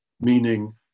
meaning